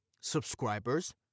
subscribers